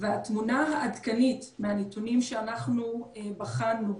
והתמונה העדכנית מהנתונים שאנחנו בחנו,